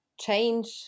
change